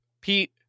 Pete